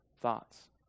thoughts